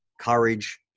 courage